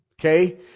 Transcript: Okay